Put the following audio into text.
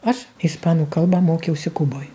aš ispanų kalbą mokiausi kuboj